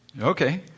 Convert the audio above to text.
Okay